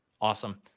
Awesome